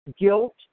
guilt